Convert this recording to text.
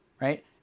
right